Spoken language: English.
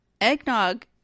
eggnog